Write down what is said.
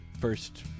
First